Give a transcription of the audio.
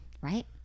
Right